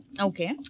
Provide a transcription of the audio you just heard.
Okay